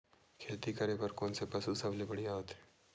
खेती करे बर कोन से पशु सबले बढ़िया होथे?